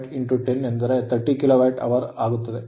ಆದ್ದರಿಂದ 3 ಕಿಲೋವ್ಯಾಟ್ 10 ಎಂದರೆ ಇದು 30 ಕಿಲೋವ್ಯಾಟ್ hour ಯಾಗುತ್ತದೆ